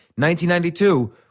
1992